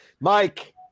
Mike